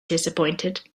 disappointed